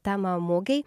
temą mugėje